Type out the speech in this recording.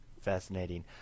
fascinating